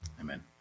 Amen